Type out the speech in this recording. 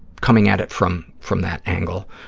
coming at it from from that angle.